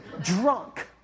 Drunk